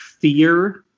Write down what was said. fear